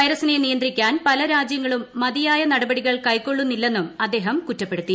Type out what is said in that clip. വൈറസിനെ നിയന്ത്രിക്കാൻ പല രാജ്യങ്ങളും മതിയായ നടപടികൾ കൈക്കൊള്ളുന്നില്ലെന്നും അദ്ദേഹം കുറ്റപ്പെടുത്തി